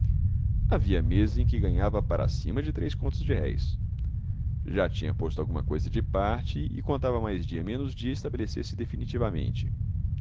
havia meses em que ganhava para cima de três contos de réis já tinha posto alguma coisa de parte e contava mais dia menos dia estabelecer-se definitivamente